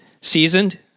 seasoned